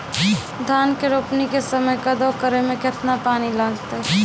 धान के रोपणी के समय कदौ करै मे केतना पानी लागतै?